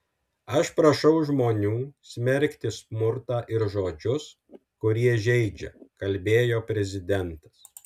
aš prašau žmonių smerkti smurtą ir žodžius kurie žeidžia kalbėjo prezidentas